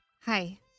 Hi